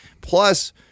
Plus